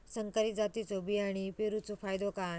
संकरित जातींच्यो बियाणी पेरूचो फायदो काय?